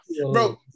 bro